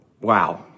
Wow